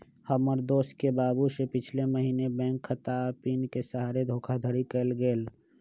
हमर दोस के बाबू से पिछले महीने बैंक खता आऽ पिन के सहारे धोखाधड़ी कएल गेल